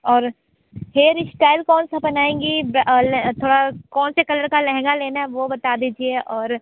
और hair style कौन सा बनाएंगी कौन से कलर का लहेंगा लेना है वो बता दीजिए और